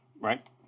Right